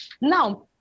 now